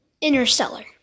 Interstellar